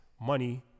money